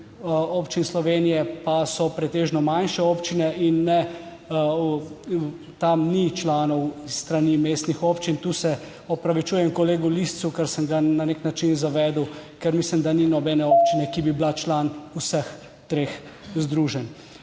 občin Slovenije pa so pretežno manjše občine in ne, tam ni članov s strani mestnih občin. Tu se opravičujem kolegu Liscu, ker sem ga na nek način zavedel, ker mislim, da ni nobene občine, ki bi bila član vseh treh združenj.